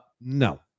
No